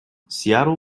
seattle